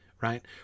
right